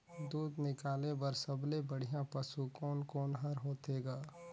दूध निकाले बर सबले बढ़िया पशु कोन कोन हर होथे ग?